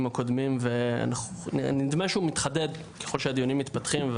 הקודמים ונדמה שהוא מתחדד ככל שהדיונים מתפתחים,